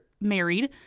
married